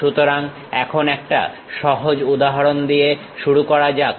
সুতরাং এখন একটা সহজ উদাহরণ দিয়ে শুরু করা যাক